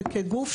ושכגוף,